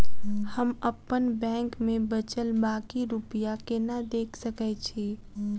हम अप्पन बैंक मे बचल बाकी रुपया केना देख सकय छी?